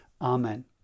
Amen